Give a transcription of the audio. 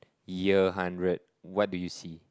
year hundred what do you see